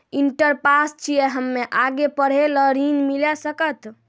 Inter pass छी हम्मे आगे पढ़े ला ऋण मिल सकत?